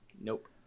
Nope